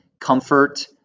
comfort